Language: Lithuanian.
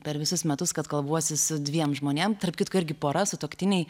per visus metus kad kalbuosi su dviem žmonėms tarp kitko irgi pora sutuoktiniai